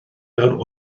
mewn